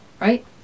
Right